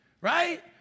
right